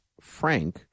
Frank